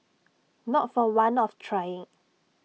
not for want of trying